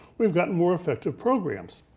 we have gotten more effective programs.